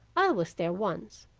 i was there once,